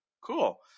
cool